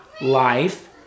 life